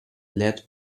led